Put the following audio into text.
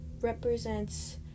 represents